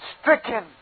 stricken